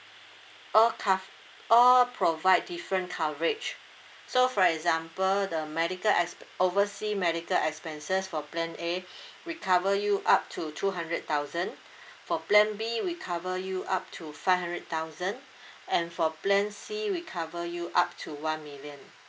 all co~ all provide different coverage so for example the medical exp~ oversea medical expenses for plan A we cover you up to two hundred thousand for plan B we cover you up to five hundred thousand and for plan C we cover you up to one million